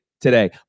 today